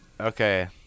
Okay